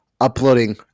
uploading